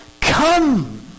Come